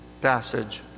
passage